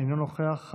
אינו נוכח,